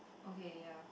okay ya